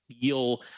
feel